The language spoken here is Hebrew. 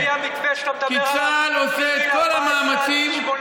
לפי המתווה שאתה מדבר עליו,